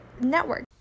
network